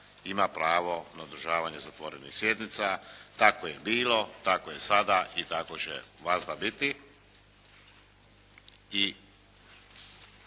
ima pravo na održavanje zatvorenih sjednica. Tako je bilo, tako je sada i tako će vazda biti.